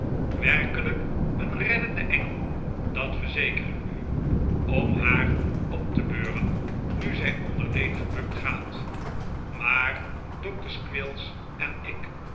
werkelijk een reddende engel dat verzeker ik u om haar op te beuren nu zij onder leed gebukt gaat maar dokter squills en ik